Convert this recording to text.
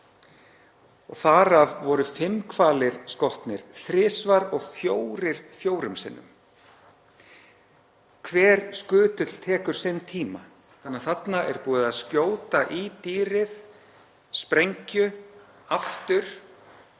Þar af voru fimm hvalir skotnir þrisvar og fjórir fjórum sinnum. Hver skutull tekur sinn tíma þannig að þarna er búið að skjóta í dýrið sprengju aftur.